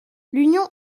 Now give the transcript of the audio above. l’union